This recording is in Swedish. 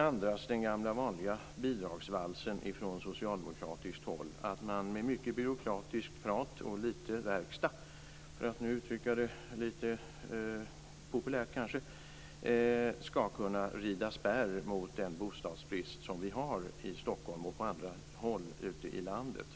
andas den gamla vanliga bidragsvalsen från socialdemokratiskt håll, att man med mycket byråkratiskt prat och lite verkstad - för att uttrycka det populärt - ska kunna rida spärr mot den bostadsbrist som finns i Stockholm och på andra håll ute i landet.